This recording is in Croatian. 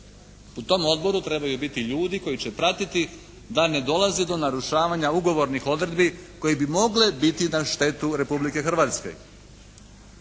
U tom odboru trebaju biti ljudi koji će pratiti da ne dolazi do narušavanja ugovornih odredbi koje bi mogle biti na štetu Republike Hrvatske.